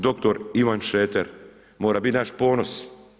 Dr. Ivan Šreter mora biti naš ponos.